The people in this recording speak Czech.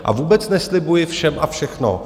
A vůbec neslibuji všem a všechno.